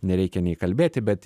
nereikia nei kalbėti bet